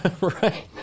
Right